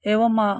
एवम्